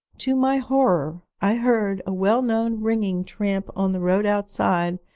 to my horror, i heard a well-known ringing tramp on the road outside,